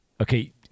Okay